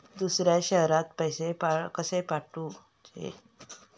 दुसऱ्या शहरात पैसे कसे पाठवूचे?